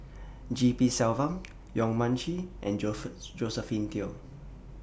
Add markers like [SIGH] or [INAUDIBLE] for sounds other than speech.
G P Selvam Yong Mun Chee and [UNINTELLIGIBLE] Josephine Teo